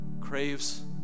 craves